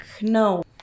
no